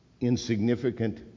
insignificant